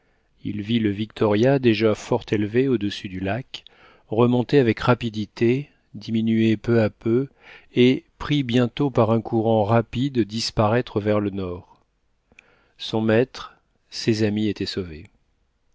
il vit le victoria déjà fort élevé au-dessus du lac remonter avec rapidité diminuer peu à peu et pris bientôt par un courant rapide disparaître vers le nord son maître ses amis étaient sauvés